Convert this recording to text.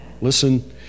Listen